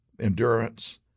endurance